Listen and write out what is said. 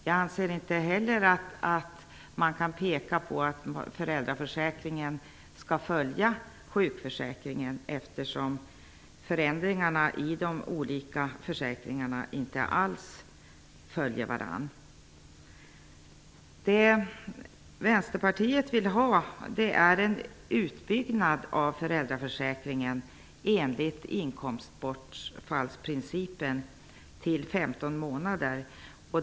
Jag anser inte heller att man kan peka på att föräldraförsäkringen skall följa sjukförsäkringen eftersom dessa försäkringar inte alls följer varandra. Vänsterpartiet vill ha en utbyggnad av föräldraförsäkringen till 15 månader enligt inkomstbortfallsprincipen.